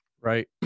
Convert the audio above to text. Right